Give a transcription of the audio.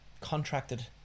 contracted